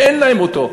ואין להם אותם.